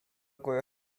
góry